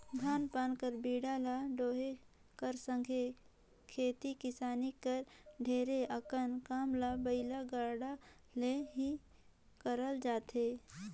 धान पान कर बीड़ा ल डोहे कर संघे खेती किसानी कर ढेरे अकन काम ल बइला गाड़ा ले ही करल जाथे